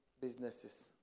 businesses